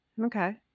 Okay